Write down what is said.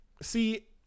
see